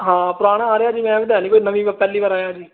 ਹਾਂ ਪੁਰਾਣਾ ਆ ਰਿਹਾ ਜੀ ਮੈਂ ਨਹੀਂ ਕੋਈ ਨਵੀਂ ਪਹਿਲੀ ਵਾਰ ਆਇਆ ਜੀ